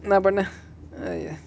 நா பன்ன:na panna I ya